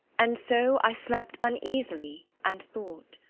and so i slept uneasily and thought.